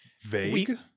vague